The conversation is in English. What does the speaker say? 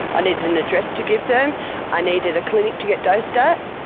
i needed an address to give them i needed a clinic to get dosed at.